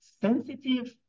sensitive